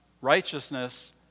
righteousness